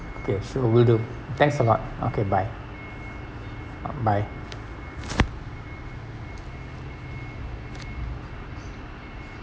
okay sure will do thanks a lot okay bye bye